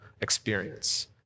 experience